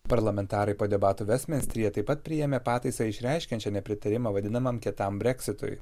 parlamentarai po debatų vestminsteryje taip pat priėmė pataisą išreiškiančią nepritarimą vadinamam kietam breksitui